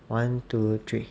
one two three